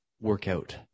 workout